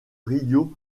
rio